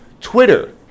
Twitter